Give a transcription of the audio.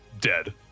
dead